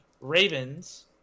Ravens